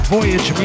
Voyage